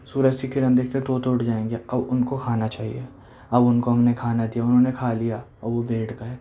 سورج کی کِرن دیکھتے ہی طوطے اُٹھ جائیں گے اب اُن کو کھانا چاہیے اب اُن کو ہم نے کھانا دیا اُنھوں نے کھا لیا اب وہ بیٹھ گئے